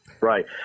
right